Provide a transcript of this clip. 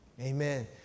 Amen